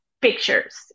pictures